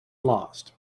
lost